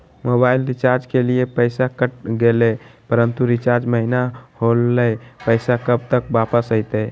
Mobile recharge के लिए पैसा कट गेलैय परंतु रिचार्ज महिना होलैय, पैसा कब तक वापस आयते?